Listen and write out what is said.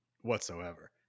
whatsoever